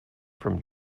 from